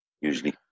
usually